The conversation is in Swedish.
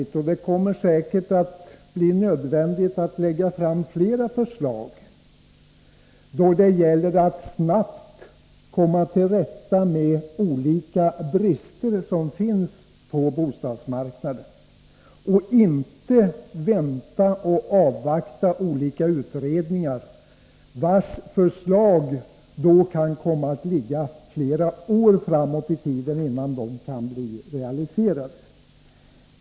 Man Tisdagen den kommer säkert att bli tvungen att lägga fram fler förslag för att snabbt 13 december 1983 komma till rätta med olika brister som finns på bostadsmarknaden och inte avvakta olika utredningar — ett realiserande av deras förslag kan ju ligga flera — Ej bostadsförbättår framåt i tiden.